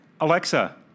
Alexa